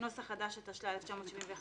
התשל"א-1971,